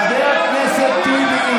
חבר הכנסת טיבי,